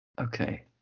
okay